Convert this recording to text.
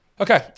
Okay